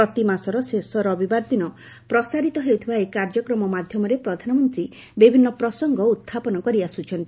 ପ୍ରତିମାସର ଶେଷ ରବିବାର ଦିନ ପ୍ରସାରିତ ହେଉଥିବା ଏହି କାର୍ଯ୍ୟକ୍ରମ ମାଧ୍ୟମରେ ପ୍ରଧାନମନ୍ତ୍ରୀ ବିଭିନ୍ନ ପ୍ରସଙ୍ଗ ଉତଥାପନ କରିଆସୁଛନ୍ତି